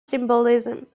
symbolism